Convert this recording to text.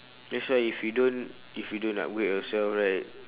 that's why if you don't if you don't upgrade yourself right